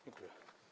Dziękuję.